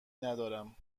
ندارم